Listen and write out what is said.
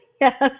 yes